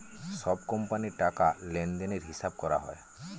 সব কোম্পানির টাকা লেনদেনের হিসাব করা হয়